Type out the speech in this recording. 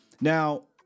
Now